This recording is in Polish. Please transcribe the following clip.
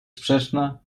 sprzeczna